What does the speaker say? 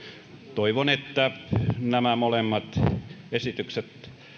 toivon että nämä molemmat esitykset